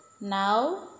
Now